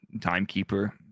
timekeeper